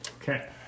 Okay